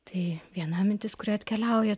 tai viena mintis kuri atkeliauja